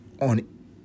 on